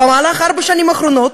במהלך ארבע השנים האחרונות,